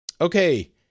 Okay